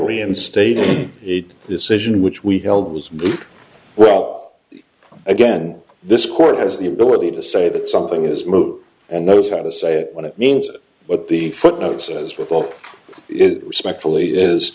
reinstating the decision which we held was wrong again this court has the ability to say that something is moot and knows how to say it when it means what the footnotes as